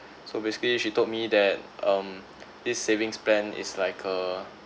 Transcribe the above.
so basically she told me that um this savings plan is like a